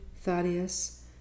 Thaddeus